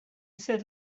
said